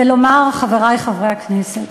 ולומר, חברי חברי הכנסת,